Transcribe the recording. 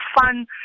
fun